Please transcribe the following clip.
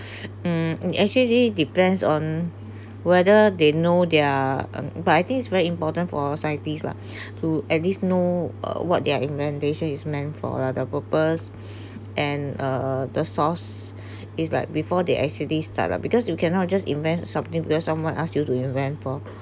mm actually depends on whether they know their but I think it's very important for scientists lah to at least know uh what their inventation is meant for the purpose and uh the source is like before they actually start lah because you cannot just invent something because someone asked you to invent for